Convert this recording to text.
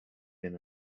been